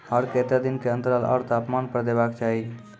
आर केते दिन के अन्तराल आर तापमान पर देबाक चाही?